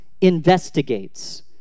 investigates